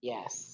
Yes